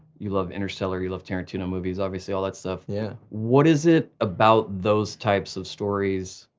you love interstellar, you love tarantino movies, obviously, all that stuff. yeah. what is it about those types of stories,